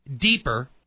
deeper